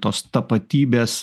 tos tapatybės